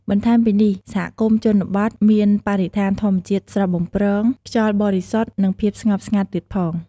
បន្ថែមពីនេះសហគមន៍ជនបទមានបរិស្ថានធម្មជាតិស្រស់បំព្រង ខ្យល់បរិសុទ្ធ និងភាពស្ងប់ស្ងាត់ទៀតផង។